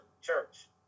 church